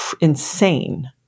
insane